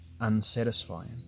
unsatisfying